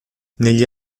negli